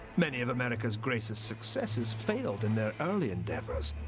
many of america's greatest successes failed in their early endeavours,